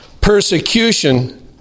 persecution